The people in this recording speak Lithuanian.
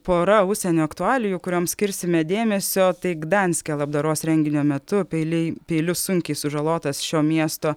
pora užsienio aktualijų kurioms skirsime dėmesio tai gdanske labdaros renginio metu peiliai peiliu sunkiai sužalotas šio miesto